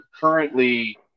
currently